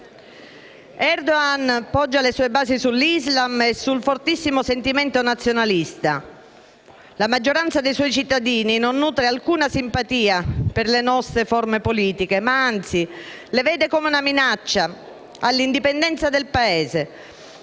Erdogan poggia le sue basi sull'Islam e sul fortissimo sentimento nazionalista. La maggioranza dei suoi cittadini non nutre alcuna simpatia per le nostre forme politiche, ma - anzi - le percepisce come una minaccia all'indipendenza del Paese,